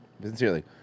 Sincerely